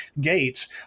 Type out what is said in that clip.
gates